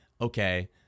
okay